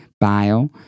bio